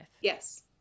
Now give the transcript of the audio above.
Yes